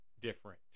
different